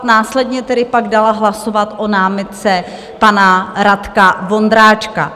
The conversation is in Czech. Následně pak dala hlasovat o námitce pana Radka Vondráčka.